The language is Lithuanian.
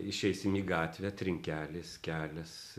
išeisim į gatvę trinkelės kelias